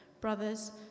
brothers